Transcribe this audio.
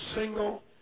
single